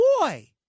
Boy